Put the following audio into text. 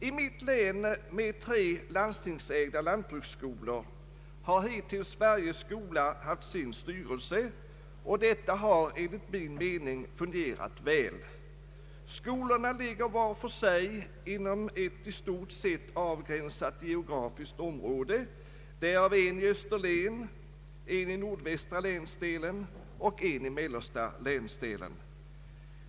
I mitt län med tre landstingsägda lantbruksskolor har hittills varje skola haft sin styrelse, och detta har enligt min uppfattning fungerat väl. Skolorna ligger var för sig inom i stort sett geografiskt avgränsade områden; därav en i Österlen, en i nordvästra länsdelen och en i mellersta länsdelen.